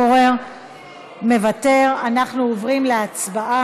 עכשיו החלטה שגורמת למפלגות מסוימת להפסיד